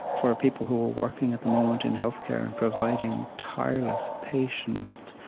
for people who are working at the moment in healthcare and providing tireless, patient,